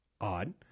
odd